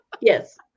Yes